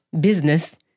business